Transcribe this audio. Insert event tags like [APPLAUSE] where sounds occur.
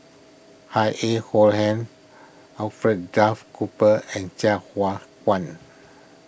[UNINTELLIGIBLE] Cohen Alfred Duff Cooper and Sai Hua Kuan